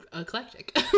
eclectic